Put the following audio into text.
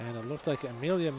and it looks like a million